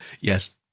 Yes